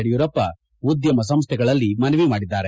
ಯಡಿಯೂರಪ್ಪ ಉದ್ಯಮ ಸಂಸ್ಥೆಗಳಲ್ಲಿ ಮನವಿ ಮಾಡಿದ್ದಾರೆ